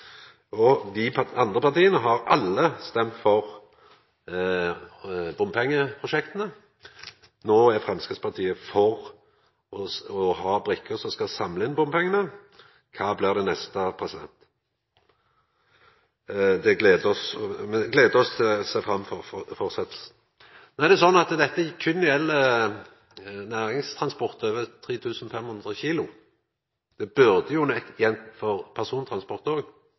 Dei andre partia har alle stemt for bompengeprosjekta. No er Framstegspartiet for å ha brikka som skal samla inn bompengane. Kva blir det neste? Me gler oss og ser fram til fortsetjinga. No er det slik at dette berre gjelder næringstransport over 3 500 kg. Det burde jo gjelda for persontransport